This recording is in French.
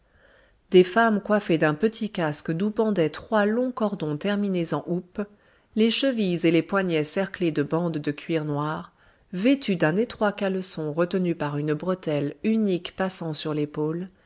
des femmes coiffées d'un petit casque d'où pendaient trois longs cordons terminés en houppe les chevilles et les poignets cerclés de bandes de cuir noir vêtues d'un étroit caleçon retenu par une bretelle unique passant sur l'épaule